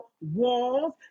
walls